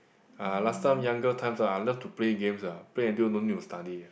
uh last time younger times I love to play games ah play until don't need to study eh